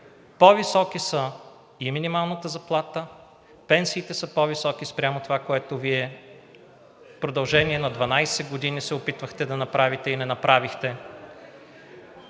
По високи са и минималната заплата, пенсиите са по-високи спрямо това, което Вие в продължение на 12 години се опитвахте да направите и не направихте.